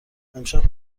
امشب